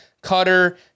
cutter